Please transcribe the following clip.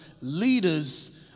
leaders